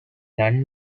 non